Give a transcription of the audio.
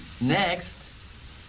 Next